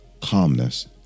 calmness